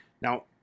now